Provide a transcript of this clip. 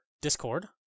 Discord